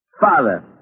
Father